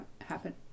happen